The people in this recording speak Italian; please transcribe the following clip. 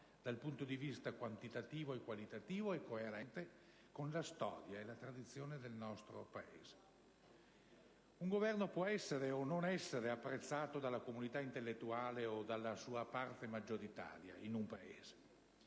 dal punto di vista quantitativo e qualitativo e coerente con la storia e la tradizione del nostro Paese. Un Governo può essere o non essere apprezzato dalla comunità intellettuale o dalla sua parte maggioritaria, in un paese.